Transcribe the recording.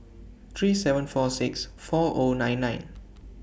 three seven four six four O nine nine